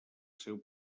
seu